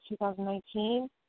2019